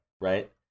right